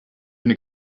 been